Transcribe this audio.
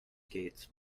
skates